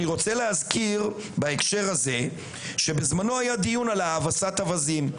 אני רוצה להזכיר בהקשר הזה שבזמנו היה דיון על האבסת אווזים.